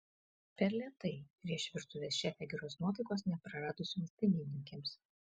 per lėtai rėš virtuvės šefė geros nuotaikos nepraradusioms dainininkėms